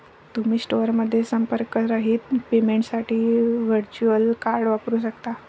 तुम्ही स्टोअरमध्ये संपर्करहित पेमेंटसाठी व्हर्च्युअल कार्ड वापरू शकता